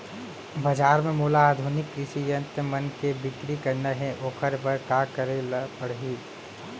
बजार म मोला आधुनिक कृषि यंत्र मन के बिक्री करना हे ओखर बर का करे ल पड़ही?